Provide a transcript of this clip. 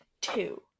two